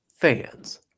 fans